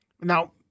now